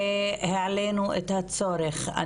והעלינו את הצורך.